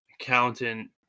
accountant